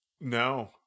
No